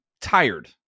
tired